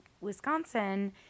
Wisconsin